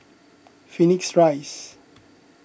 Phoenix Rise